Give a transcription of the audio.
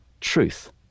Truth